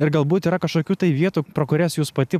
ir galbūt yra kažkokių tai vietų pro kurias jūs pati